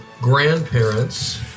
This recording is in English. grandparents